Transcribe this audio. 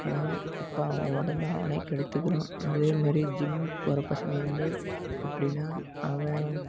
ஆனால் இப்போ அவன் உடம்ப அவனே கெடுத்துக்கிறான் அதேமாதிரி ஜிம் போகிற பசங்க வந்து எப்படின்னா அவன்